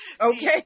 okay